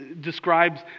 describes